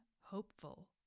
hopeful